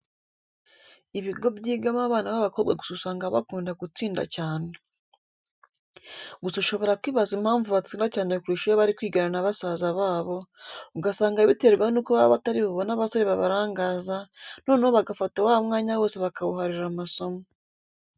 Ibigo byigamo abana b'abakobwa gusa usanga bakunda gutsinda cyane. Gusa ushobora kwibaza impamvu batsinda cyane kurusha iyo bari kwigana na basaza babo, ugasanga biterwa nuko baba batari bubone abasore babarangaza, noneho bagafata wa mwanya wose bakawuharira amasomo.